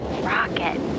rocket